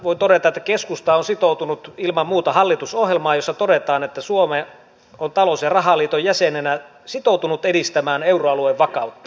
voi todeta että keskusta on sitoutunut ilman muuta hallitusohjelmaan jossa todetaan että suomi on talous ja rahaliiton jäsenenä sitoutunut edistämään euroalueen vakautta